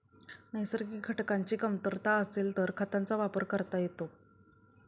नैसर्गिक घटकांची कमतरता असेल तर खतांचा वापर करता येतो